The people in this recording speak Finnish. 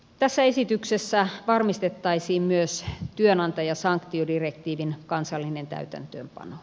tässä esityksessä varmistettaisiin myös työnantajasanktiodirektiivin kansallinen täytäntöönpano